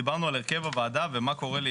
דיברנו על הרכב הוועדה ומה קורה לעניין ---